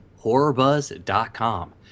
HorrorBuzz.com